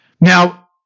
Now